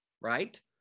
right